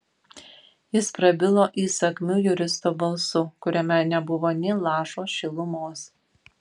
jis prabilo įsakmiu juristo balsu kuriame nebuvo nė lašo šilumos